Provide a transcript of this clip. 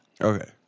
Okay